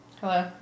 Hello